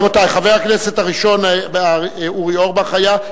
רבותי, חבר הכנסת הראשון, אורי אורבך, היה.